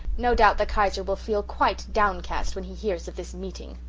no doubt the kaiser will feel quite downcast when he hears of this meeting!